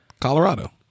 Colorado